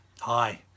Hi